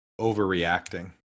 overreacting